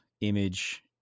image